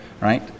right